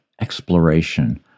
exploration